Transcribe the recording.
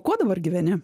kuo dabar gyveni